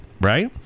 right